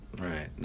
Right